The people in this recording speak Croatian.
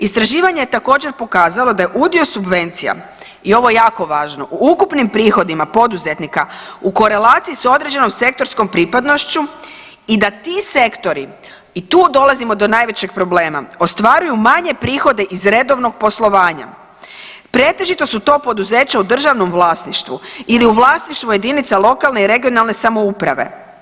Istraživanje je također pokazalo da je udio subvencija i ovo je jako važno, u ukupnim prihodima poduzetnika u korelaciji s određenom sektorskom pripadnošću i da ti sektori i tu dolazimo do najvećeg problema, ostvaruju manje prihode iz redovnog poslovanja, pretežito su to poduzeća u državnom vlasništvu ili u vlasništvu jedinica lokalne i regionalne samouprave.